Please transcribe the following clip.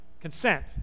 consent